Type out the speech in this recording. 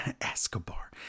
Escobar